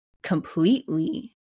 completely